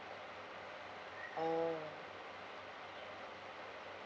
oh